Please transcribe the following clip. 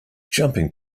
jumping